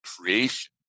creation